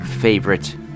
favorite